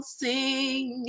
sing